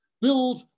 Build